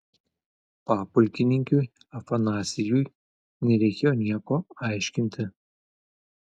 papulkininkiui afanasijui nereikėjo nieko aiškinti